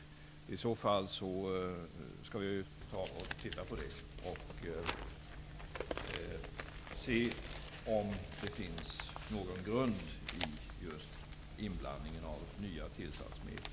Vi skall ta och titta på det och se om det finns någon grund när det gäller just inblandning av nya tillsatsmedel.